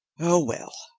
oh well,